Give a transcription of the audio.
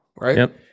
right